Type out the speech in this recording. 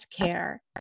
care